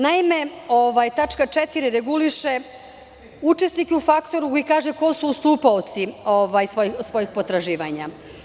Naime, tačka 4) reguliše učesnike u faktoringu i kaže ko su ustupaoci svojih potraživanja.